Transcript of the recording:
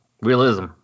realism